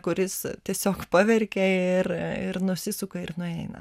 kuris tiesiog paverkia ir ir nusisuka ir nueina